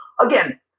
Again